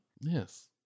Yes